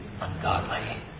ungodly